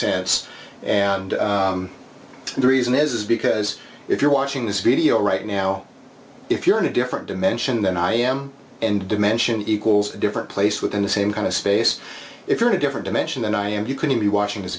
sense and the reason is because if you're watching this video right now if you're in a different dimension than i am and dimension equals a different place within the same kind of space if you're in a different dimension than i am you can be watching